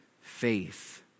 faith